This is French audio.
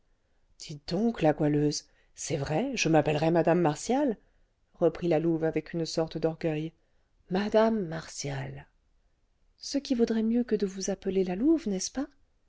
dites donc la goualeuse c'est vrai je m'appellerais mme martial reprit la louve avec une sorte d'orgueil mme martial ce qui vaudrait mieux que de vous appeler la louve n'est-ce pas